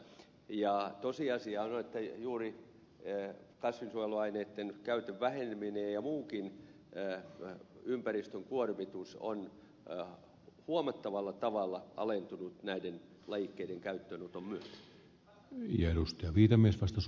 ja tosiasiahan on että juuri kasvinsuojeluaineiden käytön väheneminen ja muukin ympäristön kuormitus on huomattavalla tavalla alentunut näiden lajikkeiden käyttöönoton myötä